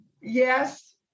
Yes